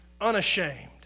unashamed